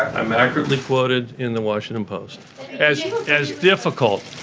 i'm accurately quoted in the washington post as as difficult